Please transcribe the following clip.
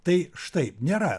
tai štai nėra